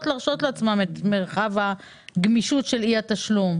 להרשות לעצמן את מרחב הגמישות של אי-התשלום,